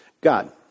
God